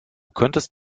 könntest